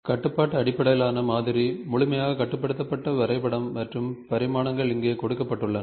கட்டுப்பாட்டு அடிப்படையிலான மாதிரி முழுமையாக கட்டுப்படுத்தப்பட்ட வரைபடம் மற்றும் பரிமாணங்கள் இங்கே கொடுக்கப்பட்டுள்ளன